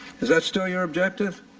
is that still your objective?